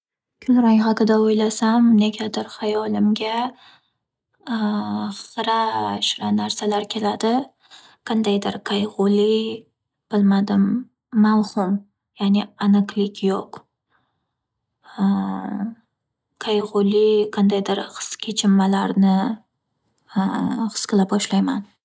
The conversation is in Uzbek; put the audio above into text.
Kulrang haqida o’ylasam negadirxayolimga hira shira narsalar keladi. Qandaydir qayg’uli bilmadim mavhum ya’ni aniqlik yo'q qayg’uli qandaydir his kechinmalarni his qila boshlayman.